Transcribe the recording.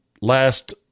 last